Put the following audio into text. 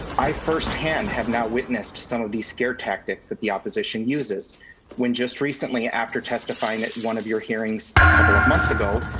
i firsthand have now witnessed some of these scare tactics that the opposition uses when just recently after testifying at one of your hearings, a couple of months ago,